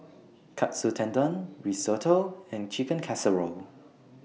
Katsu Tendon Risotto and Chicken Casserole